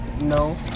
No